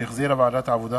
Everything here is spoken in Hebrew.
שהחזירה ועדת העבודה,